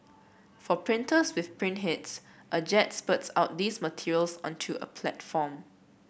for printers with print heads a jet spurts out these materials onto a platform